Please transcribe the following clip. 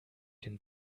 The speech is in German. den